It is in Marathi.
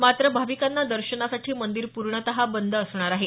मात्र भाविकांना दर्शनासाठी मंदिर पूर्णत बंद असणार आहे